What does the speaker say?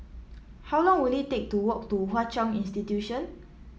how long will it take to walk to Hwa Chong Institution